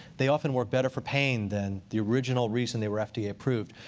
they often work better for pain then the original reason they were fda-approved.